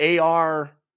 AR